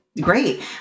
great